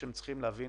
צריכים להבין